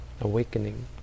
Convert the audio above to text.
awakening